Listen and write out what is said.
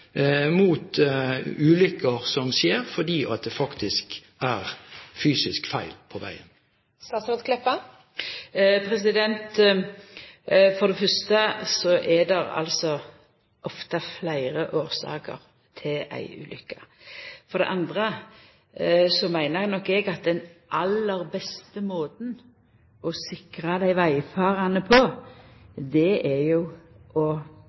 mot ulykker – vi har hørt spørsmål og svar og replikkveksling tidligere i dag og vet dessverre at vi har et veinett i Norge som har en noe dårlig standard – fordi det faktisk er fysiske feil på veien. For det fyrste er det ofte fleire årsaker til ei ulukke. For det andre meiner nok eg at den aller beste